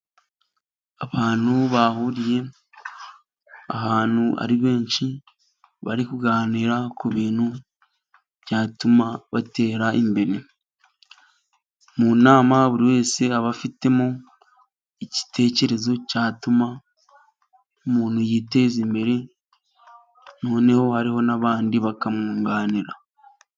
Abantu bahuriye ahantu ari benshi, bari kuganira ku bintu byatuma batera imbere. Mu nama buri wese aba afitemo igitekerezo cyatuma umuntu yiteza imbere, noneho hariho n'abandi bakamwunganira